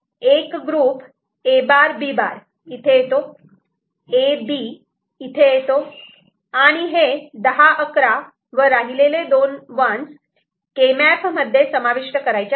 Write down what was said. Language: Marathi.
एक ग्रुप A' B' इथे येतो A B इथे येतो आणि हे 10 11 व राहिलेले दोन 1's केमॅप मध्ये समाविष्ट करायचे आहे